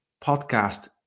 podcast